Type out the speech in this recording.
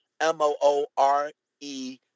M-O-O-R-E